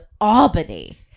albany